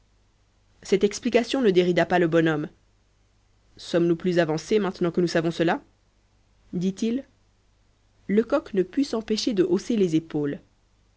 cette explication ne dérida pas le bonhomme sommes-nous plus avancés maintenant que nous savons cela dit-il lecoq ne put s'empêcher de hausser les épaules